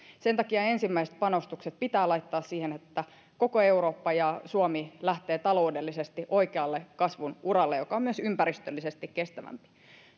sen takia ensimmäiset panostukset pitää laittaa siihen että koko eurooppa ja suomi lähtee taloudellisesti oikealle kasvun uralle joka on myös ympäristöllisesti kestävämpi